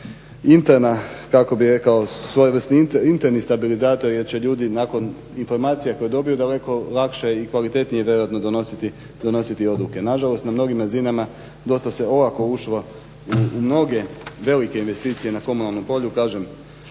interna kako bi rekao svojevrsni interni stabilizator jer će ljudi nakon informacija koje dobiju daleko lakše i kvalitetnije donositi odluke. Nažalost na mnogim razinama dosta se olako ušlo u mnge velike investicije na komunalnom polju, kažem